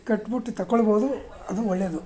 ಕಟ್ಟಿಬಿಟ್ಟು ತೊಗೊಳ್ಬೋದು ಅದು ಒಳ್ಳೆಯದು